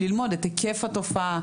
ללמוד את היקף התופעה,